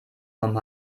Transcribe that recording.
vom